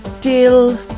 till